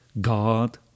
God